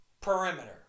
perimeter